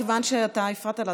כיוון שאתה הפרעת לה,